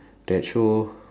that show